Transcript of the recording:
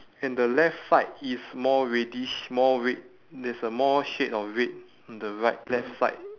and the left side is more reddish more red there's a more shade of red on the right left side